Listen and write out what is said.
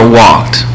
walked